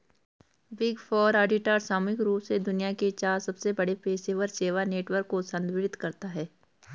big four auditor सामूहिक रूप से दुनिया के चार सबसे बड़े पेशेवर सेवा नेटवर्क को संदर्भित करता है